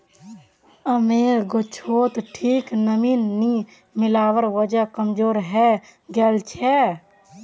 आमेर गाछोत ठीक नमीं नी मिलवार वजह कमजोर हैं गेलछेक